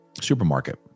supermarket